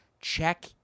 check